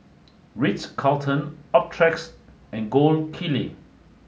Ritz Carlton Optrex and Gold Kili